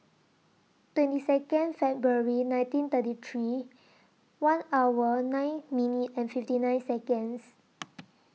twenty Second February nineteen thirty three one hour nine minute and fifty nine Seconds